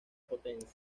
potencia